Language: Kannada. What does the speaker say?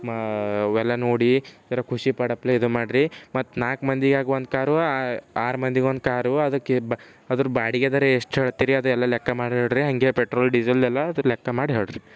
ಅವೆಲ್ಲ ನೋಡಿ ಜರ ಖುಷಿ ಪಡಪ್ಲೇ ಇದು ಮಾಡ್ರಿ ಮತ್ತೆ ನಾಲ್ಕು ಮಂದಿ ಆಗುವಂಥ ಕಾರು ಆರು ಮಂದಿಗೆ ಒಂದು ಕಾರು ಅದಕ್ಕೆ ಬಾ ಅದರ ಬಾಡಿಗೆದರ ಎಷ್ಟು ಹೇಳ್ತೀರಿ ಅದು ಎಲ್ಲ ಲೆಕ್ಕ ಮಾಡ್ಬಿಡ್ರಿ ಹಾಗೆ ಪೆಟ್ರೋಲ್ ಡೀಸೆಲ್ ಎಲ್ಲ ಅದರ ಲೆಕ್ಕ ಮಾಡಿ ಹೇಳ್ರಿ